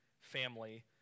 family